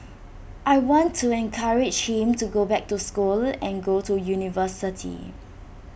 I want to encourage him to go back to school and go to university